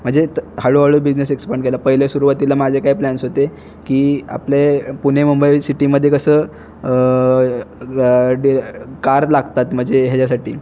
म्हणजे तर हळूहळू बिजनेस एक्सपान्ड केला पहिले सुरुवातीला माझे काय प्लॅन्स होते की आपले पुणे मुंबई सिटीमध्ये कसं गाडी कार लागतात म्हणजे ह्याच्यासाठी